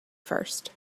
first